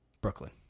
Brooklyn